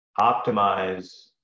optimize